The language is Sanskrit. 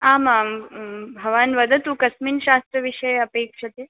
आमां भवान् वदतु कस्मिन् शास्त्रविषये अपेक्ष्यते